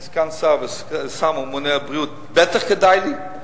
אבל כסגן שר וכשר הממונה על הבריאות בטח כדאי לי.